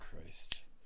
Christ